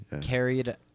Carried